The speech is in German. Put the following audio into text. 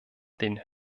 den